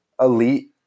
elite